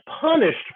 punished